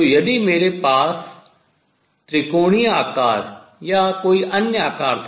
तो यदि मेरे पास त्रिकोणीय आकार या कोई अन्य आकार था